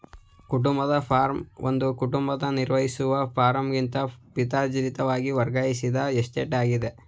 ಕುಟುಂಬದ ಫಾರ್ಮ್ ಒಂದು ಕುಟುಂಬ ನಿರ್ವಹಿಸುವ ಫಾರ್ಮಾಗಿದ್ದು ಪಿತ್ರಾರ್ಜಿತವಾಗಿ ವರ್ಗಾಯಿಸಿದ ಎಸ್ಟೇಟಾಗಿದೆ